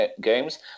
games